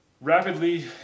rapidly